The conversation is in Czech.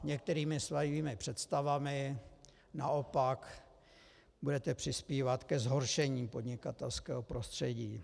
Některými svými představami naopak budete přispívat ke zhoršení podnikatelského prostředí.